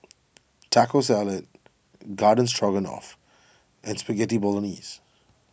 Taco Salad Garden Stroganoff and Spaghetti Bolognese